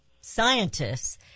scientists